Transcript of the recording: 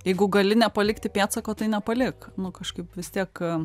jeigu gali nepalikti pėdsako tai nepalik nu kažkaip vis tiek